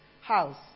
house